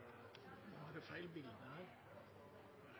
Då hadde